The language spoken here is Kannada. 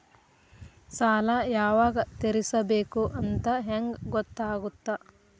ಸಾಲ ಯಾವಾಗ ತೇರಿಸಬೇಕು ಅಂತ ಹೆಂಗ್ ಗೊತ್ತಾಗುತ್ತಾ?